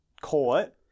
caught